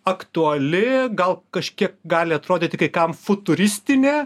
aktuali gal kažkiek gali atrodyti kai kam futuristinė